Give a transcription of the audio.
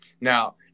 now